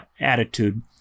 attitude